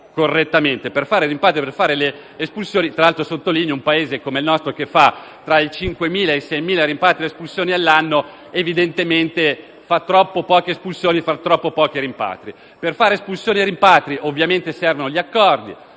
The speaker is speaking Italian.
dei rimpatri e delle espulsioni. Sottolineo che un Paese come il nostro, che fa tra i 5.000 e i 6.000 rimpatri ed espulsioni all'anno, evidentemente fa troppo poche espulsioni e troppo pochi rimpatri. Per fare espulsioni e rimpatri ovviamente servono gli accordi.